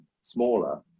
smaller